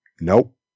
Nope